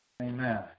Amen